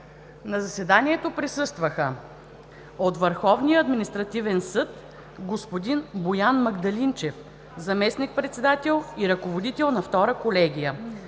На заседанието присъстваха: от Върховния административен съд – господин Боян Магдалинчев – заместник-председател и ръководител на Втора колегия;